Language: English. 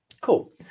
Cool